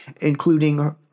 including